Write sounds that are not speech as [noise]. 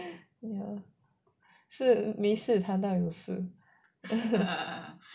是每事谈到很 sian [laughs]